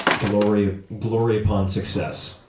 glory ah glory upon success.